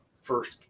first